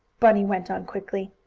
bunny went on quickly.